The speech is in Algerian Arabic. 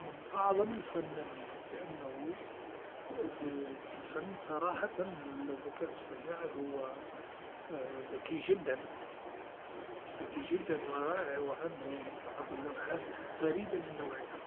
من أعظم الفنانين لأنه في الفن صراحة الذكاء الإصطناعي هو ذكي جدا، ذكي جدا و رائع عندهم بعض اللوحات فريدا من نوعها.